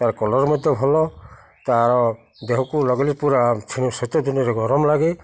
ତା'ର କଲର୍ ମଧ୍ୟ ଭଲ ତା'ର ଦେହକୁ ଲଗାଇଲେ ପୁରା ଶୀତ ଦିନରେ ଗରମ ଲାଗେ